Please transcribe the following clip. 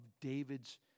David's